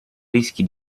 rischi